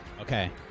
Okay